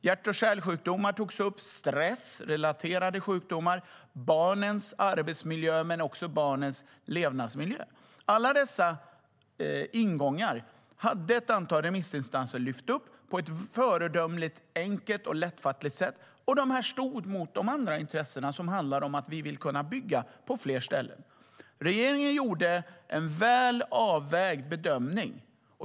Hjärt och kärlsjukdomar togs upp liksom stressrelaterade sjukdomar och barnens arbetsmiljö och levnadsmiljö. Alla dessa ingångar hade ett antal remissinstanser lyft upp på ett föredömligt enkelt och lättfattligt sätt. De stod mot de andra intressena, som handlar om att man vill kunna bygga på fler ställen. Regeringen gjorde en väl avvägd bedömning.